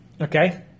Okay